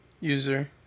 user